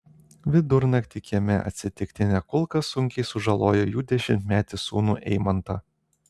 vidurnaktį kieme atsitiktinė kulka sunkiai sužalojo jų dešimtmetį sūnų eimantą